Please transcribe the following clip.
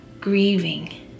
grieving